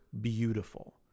beautiful